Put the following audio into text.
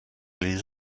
les